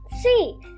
see